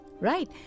right